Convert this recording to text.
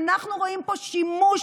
ואנחנו רואים פה שימוש